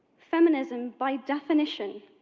feminism by definition